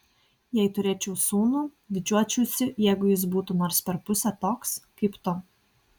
jei turėčiau sūnų didžiuočiausi jeigu jis būtų nors per pusę toks kaip tu